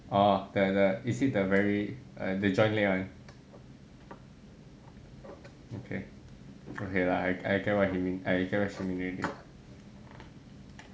orh the the is it the very the join late one okay okay lah I get what you mean I get what she mean already